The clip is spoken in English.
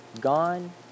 gone